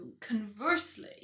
conversely